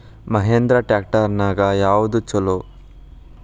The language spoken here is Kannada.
ಮಹೇಂದ್ರಾ ಟ್ರ್ಯಾಕ್ಟರ್ ನ್ಯಾಗ ಯಾವ್ದ ಛಲೋ?